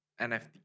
NFT